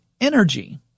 energy